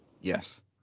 Yes